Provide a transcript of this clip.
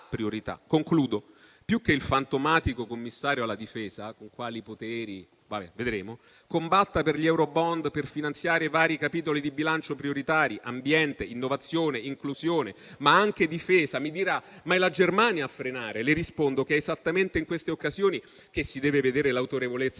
priorità assoluta. Più che sul fantomatico commissario alla difesa - con quali poteri poi vedremo - combatta per gli eurobond per finanziare i vari capitoli di bilancio prioritari: ambiente, innovazione, inclusione, ma anche difesa. Mi dirà che è la Germania a frenare, ma le rispondo che è esattamente in queste occasioni che si deve vedere l'autorevolezza